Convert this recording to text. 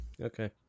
Okay